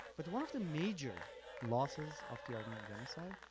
but one of the major losses of the armenian genocide